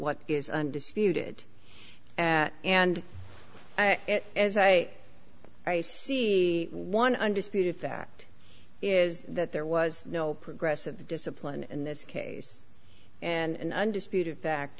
what is undisputed and and as i say i see one undisputed fact is that there was no progressive discipline in this case and undisputed fact